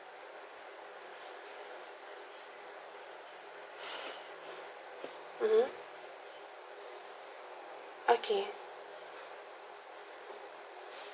mmhmm okay